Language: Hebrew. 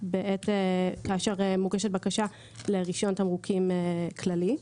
כאשר מוגשת בקשה לרישיון תמרוקים כללי.